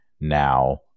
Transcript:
now